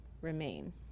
remain